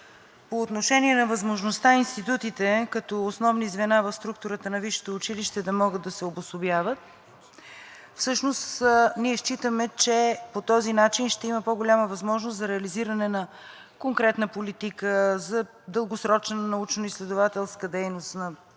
По отношение на възможността институтите като основни звена в структурата на висшето училище да могат да се обособяват, всъщност ние считаме, че по този начин ще има по-голяма възможност за реализиране на конкретна политика за дългосрочна научноизследователска дейност на конкретния